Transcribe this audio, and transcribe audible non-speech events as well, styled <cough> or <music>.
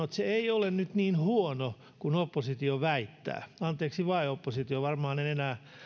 <unintelligible> että ei se nyt ole niin huono kuin oppositio väittää anteeksi vain oppositio varmaan en enää